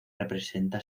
representa